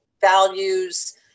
values